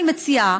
אני מציעה,